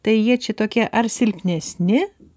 tai jie čia tokie ar silpnesni